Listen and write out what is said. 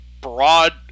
broad